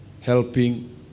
helping